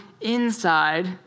inside